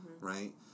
right